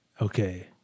Okay